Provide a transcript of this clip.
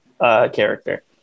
character